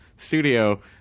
Studio